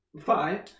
Five